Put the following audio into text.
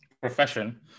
profession